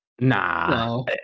Nah